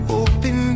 open